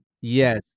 Yes